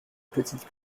petite